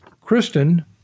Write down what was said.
Kristen